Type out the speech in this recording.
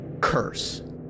curse